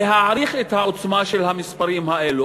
להעריך את העוצמה של המספרים האלה.